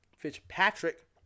Fitzpatrick